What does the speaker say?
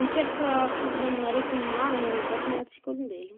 Miteraka problème aretigny maro amy vatantsika olombelogno.